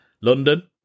London